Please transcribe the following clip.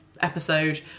episode